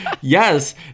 Yes